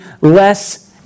less